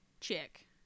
chick